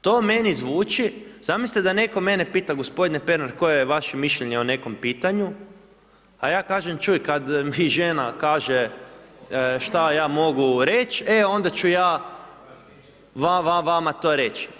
To meni zvuči, zamislite da netko mene pita gospodine Pernar koje je vaše mišljenje o nekom pitanju, a ja kažem čuj kad mi žena kaže šta je mogu reć, e onda ću ja vama to reć.